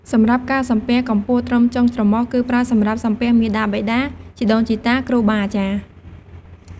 សម្រាប់ការសំពះកម្ពស់ត្រឹមចុងច្រមុះ គឺប្រើសម្រាប់សំពះ មាតាបិតា ជីដូនជីតា គ្រូបាអាចារ្យ។